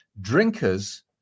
Drinkers